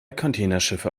containerschiffe